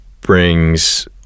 brings